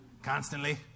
constantly